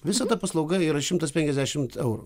visa ta paslauga yra šimtas penkiasdešimt eurų